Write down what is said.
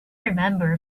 remember